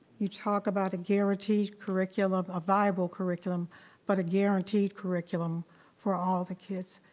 you talk about a guaranteed curriculum, a viable curriculum but a guaranteed curriculum for all the kids,